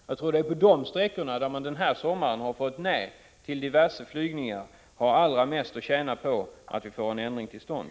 Jag tror att det är just när det gäller flygningarna på de sträckor för vilka en del ansökningar avslagits under den senaste sommaren som man har mest att vinna på att vi får en ändring till stånd.